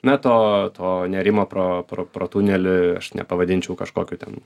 na to to nėrimo pro pro pro tunelį aš nepavadinčiau kažkokiu ten